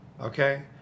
Okay